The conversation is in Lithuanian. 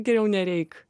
geriau nereik